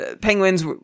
penguins